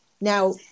Now